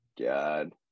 god